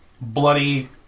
bloody